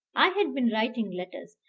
i had been writing letters,